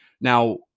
Now